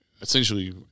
essentially